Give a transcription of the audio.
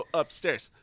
upstairs